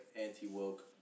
anti-woke